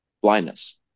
blindness